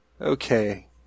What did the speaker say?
Okay